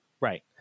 Right